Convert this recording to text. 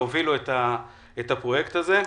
הם הובילו את הפרויקט הזה.